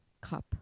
cup